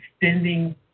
extending